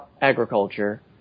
agriculture